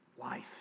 life